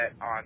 on